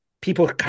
people